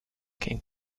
came